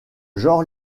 genre